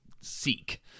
seek